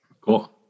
Cool